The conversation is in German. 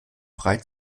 frei